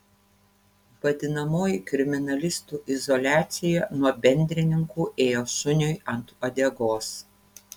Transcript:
vadinamoji kriminalistų izoliacija nuo bendrininkų ėjo šuniui ant uodegos